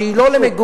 שהיא לא למגורים,